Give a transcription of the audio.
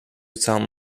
całą